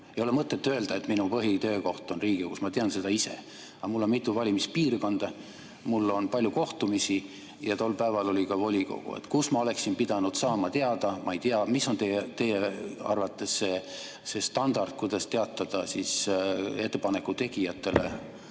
Ei ole mõtet öelda, et minu põhitöökoht on Riigikogus, ma tean seda ise. Aga mul on mitu valimispiirkonda, mul on palju kohtumisi ja tol päeval oli ka volikogu. Kust ma oleksin pidanud teada saama, ma ei tea. Mis on teie arvates see standard, kuidas teatada ettepaneku tegijatele